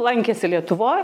lankėsi lietuvoj